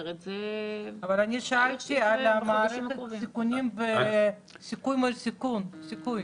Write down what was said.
אני שאלתי על סיכון מול סיכוי.